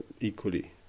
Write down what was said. equally